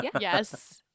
Yes